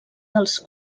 dels